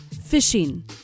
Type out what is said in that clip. Fishing